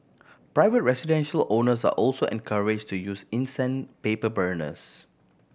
private residential owners are also encourage to use incense paper burners